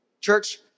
Church